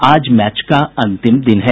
आज मैच का अंतिम दिन है